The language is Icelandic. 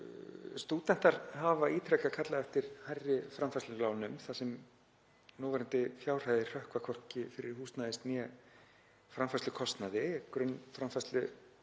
Stúdentar hafa ítrekað kallað eftir hærri framfærslulánum þar sem núverandi fjárhæðir hrökkva hvorki fyrir húsnæðis- né framfærslukostnaði. Grunnframfærslukostnaður